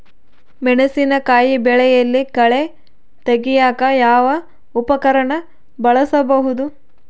ಮೆಣಸಿನಕಾಯಿ ಬೆಳೆಯಲ್ಲಿ ಕಳೆ ತೆಗಿಯಾಕ ಯಾವ ಉಪಕರಣ ಬಳಸಬಹುದು?